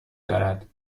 دارد